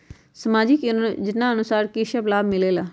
समाजिक योजनानुसार कि कि सब लाब मिलीला?